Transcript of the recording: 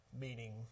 meaning